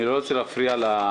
אני לא רוצה להפריע לקונספט,